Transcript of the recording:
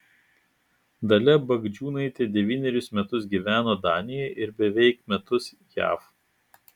dalia bagdžiūnaitė devynerius metus gyveno danijoje ir beveik metus jav